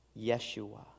Yeshua